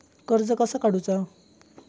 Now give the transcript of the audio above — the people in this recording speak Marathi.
कर्ज कसा काडूचा?